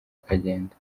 akagenda